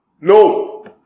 No